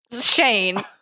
Shane